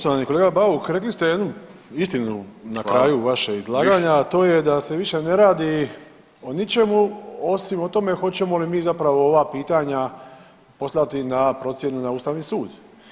Poštovani kolega Bauk rekli ste jednu istinu na kraju vašeg izlaganja, a to je da se više ne radi o ničemu o tome hoćemo li mi zapravo ova pitanja poslati na procjenu na Ustavni sud.